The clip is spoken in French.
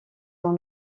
dans